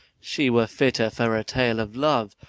she were fitter for a tale of love,